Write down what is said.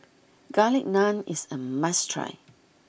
Garlic Naan is a must try